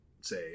say